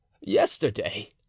yesterday